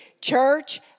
Church